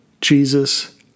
Jesus